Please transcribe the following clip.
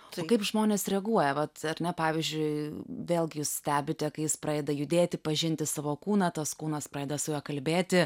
o kaip žmonės reaguoja vat ar ne pavyzdžiui vėlgi jūs stebite kai jis pradeda judėti pažinti savo kūną tas kūnas pradeda su juo kalbėti